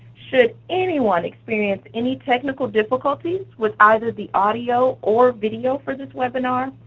should anyone experience any technical difficulties with either the audio or video for this webinar,